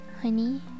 Honey